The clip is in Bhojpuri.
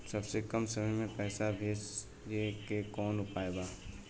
सबसे कम समय मे पैसा भेजे के कौन उपाय बा?